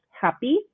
happy